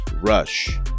rush